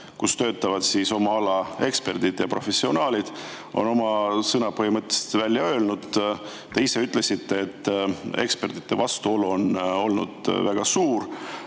kus töötavad oma ala eksperdid ja professionaalid, on oma sõna põhimõtteliselt välja öelnud. Te ise ütlesite, et ekspertide vastuolu on olnud väga suur.